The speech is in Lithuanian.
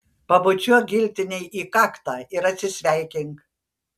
pabučiuok giltinei į kaktą ir atsisveikink